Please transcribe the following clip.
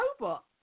robot